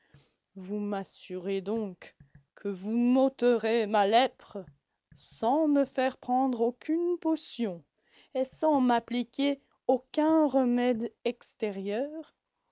vous m'assurez donc que vous m'ôterez ma lèpre sans me faire prendre aucune potion et sans m'appliquer aucun remède extérieur